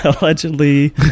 allegedly